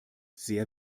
sehr